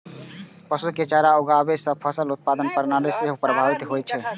पशु के चारा उगाबै सं फसल उत्पादन प्रणाली सेहो प्रभावित होइ छै